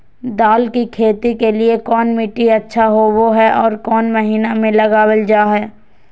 दाल की खेती के लिए कौन मिट्टी अच्छा होबो हाय और कौन महीना में लगाबल जा हाय?